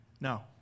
No